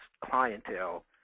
clientele